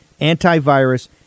antivirus